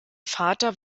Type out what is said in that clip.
vater